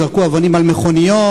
זרקו אבנים על מכוניות,